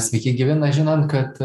sveiki gyvi na žinant kad